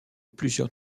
plusieurs